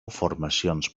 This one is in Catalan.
formacions